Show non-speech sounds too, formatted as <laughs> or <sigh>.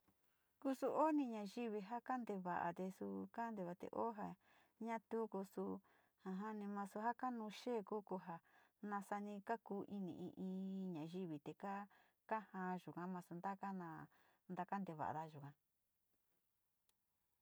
Ku su ni nayivi kante va´a te suu kantevada o ja nu tu ku <laughs> masa tu kanuu xee ku ko ja, nasani kaku ini in, in nayivi te kaa kajaa yuga nasu taka na na kanteva´ada yua.